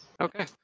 Okay